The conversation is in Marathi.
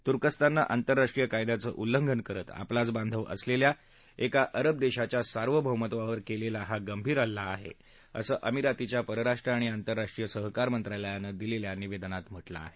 तुर्कस्ताननं आंतरराष्ट्रीय कायद्याचं उल्लंघन करत आपलाच बांधव असलेल्या एका अरब देशाच्या सार्वभौमतेवर केलेला हा गंभीर हल्ला आहे असं अमिरातीच्या परराष्ट्र आणि आंतरराष्ट्रीय सहकार्य मंत्रालयानं दिलेल्या निवेदनात म्हटलं आहे